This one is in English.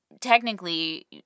technically